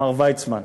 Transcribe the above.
"מר ויצמן,